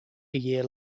year